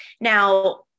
Now